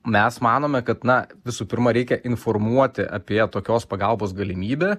mes manome kad na visų pirma reikia informuoti apie tokios pagalbos galimybę